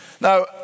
Now